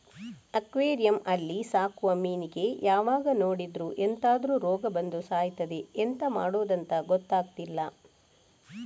aquarium ಅಲ್ಲಿ ಸಾಕುವ ಮೀನಿಗೆ ಯಾವಾಗ ನೋಡಿದ್ರೂ ಎಂತಾದ್ರೂ ರೋಗ ಬಂದು ಸಾಯ್ತದೆ ಎಂತ ಮಾಡುದಂತ ಗೊತ್ತಾಗ್ತಿಲ್ಲ